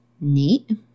Neat